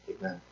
Amen